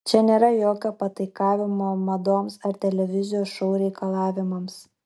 čia nėra jokio pataikavimo madoms ar televizijos šou reikalavimams